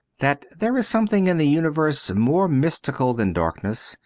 that there is something in the universe more mystical than darkness,